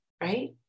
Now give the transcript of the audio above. Right